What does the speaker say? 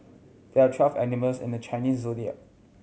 there are twelve animals in the Chinese Zodiac